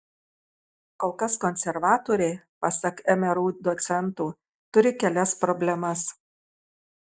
kol kas konservatoriai pasak mru docento turi kelias problemas